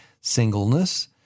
singleness